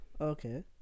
Okay